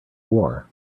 war